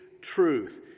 truth